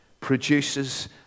produces